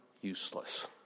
useless